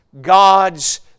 God's